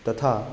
तथा